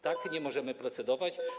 Tak nie możemy procedować.